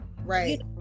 right